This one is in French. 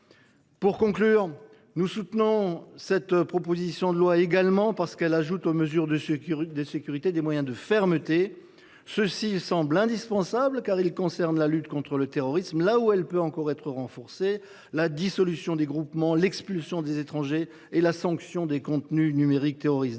souligner que nous soutenons cette proposition de loi parce qu’elle ajoute aux mesures de sûreté des moyens de fermeté. Ceux ci nous semblent indispensables, car ils concernent la lutte contre le terrorisme là où elle peut encore être renforcée. Je pense notamment à la dissolution des groupements, à l’expulsion des étrangers et à la sanction des contenus numériques terroristes.